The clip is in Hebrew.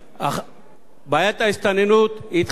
בעיית ההסתננות התחילה לא היום,